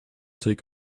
take